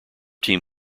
team